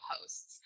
hosts